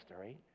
right